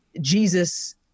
Jesus